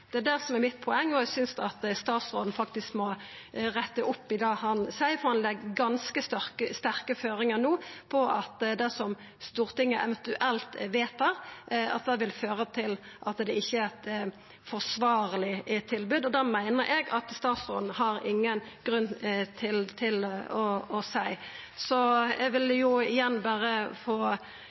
Det er det som er poenget mitt, og eg synest faktisk statsråden må retta opp i det han seier, for han legg ganske sterke føringar no på at det som Stortinget eventuelt vedtar, vil føra til at det ikkje er eit forsvarleg tilbod. Det meiner eg statsråden har ingen grunn til å seia. Så eg vil igjen be om å få